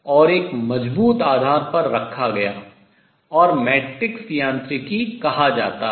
और एक मजबूत आधार पर रखा गया और मैट्रिक्स यांत्रिकी कहा जाता है